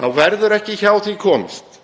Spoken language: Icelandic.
þá verður ekki hjá því komist